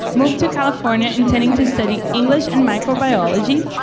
moved to california intending to study english and microbiology,